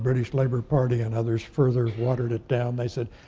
british labour party and others further watered it down. they said,